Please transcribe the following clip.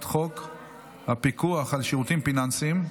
11,